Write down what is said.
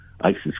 ISIS